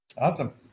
Awesome